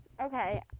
okay